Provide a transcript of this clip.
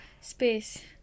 space